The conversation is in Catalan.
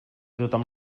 tothom